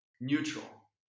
neutral